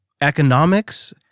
economics